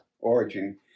origin